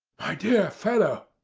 my dear fellow,